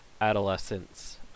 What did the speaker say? adolescence